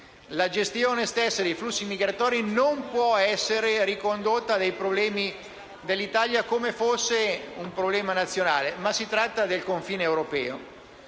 La gestione stessa dei flussi migratori non può essere ricondotta ai problemi dell'Italia, come se fosse un problema nazionale. Si tratta del confine europeo